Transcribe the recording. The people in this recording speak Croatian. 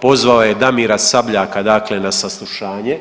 Pozvao je Damira Sabljaka dakle na saslušanje